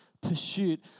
pursuit